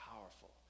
powerful